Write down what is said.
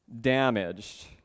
damaged